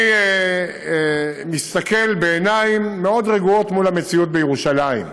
אני מסתכל בעיניים מאוד רגועות במציאות בירושלים,